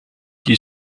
die